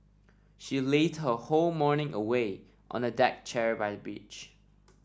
she lazed her whole morning away on a deck chair by the beach